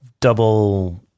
double